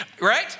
Right